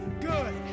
good